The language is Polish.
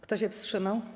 Kto się wstrzymał?